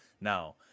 now